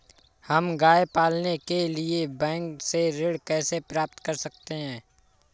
हम गाय पालने के लिए बैंक से ऋण कैसे प्राप्त कर सकते हैं?